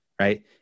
right